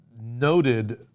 noted